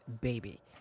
baby